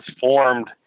formed